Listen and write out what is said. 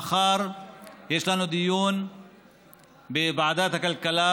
מחר יש לנו דיון בוועדת הכלכלה,